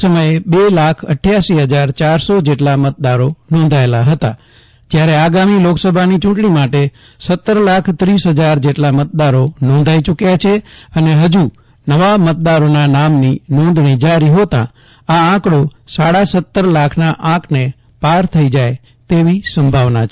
તે સમયે બે લાખ અઠ્યાસી ફજાર ચારસો જેટલા મતદારો નોંધાયેલા ફતા જ્યારે આગામી લોકસભાની ચૂંટણી માટે સતર લાખ ત્રીસ ફજાર જેટલા મતદારો નોંધાઇ ચુકથા છે અને ફજુ નવા મતદારોના નામની નોંધણી જારી હોતાં આ આંકડો સાડા સતર લાખના આંકને પાર થઇ જાય તેવી સંભાવના છે